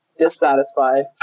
dissatisfied